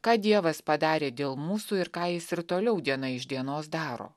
ką dievas padarė dėl mūsų ir ką jis ir toliau diena iš dienos daro